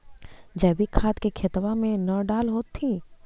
जैवीक खाद के खेतबा मे न डाल होथिं?